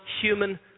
human